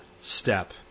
step